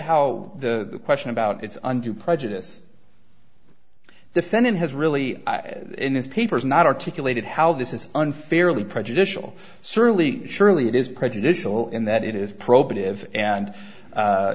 how the question about its undue prejudice defendant has really in his papers not articulated how this is unfairly prejudicial surly surely it is prejudicial in that it is probative and